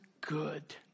good